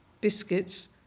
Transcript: biscuits